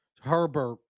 Herbert